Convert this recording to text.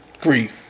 Grief